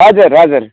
हजुर हजुर